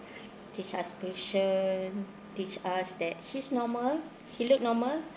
teach us patient teach us that he's normal he looked normal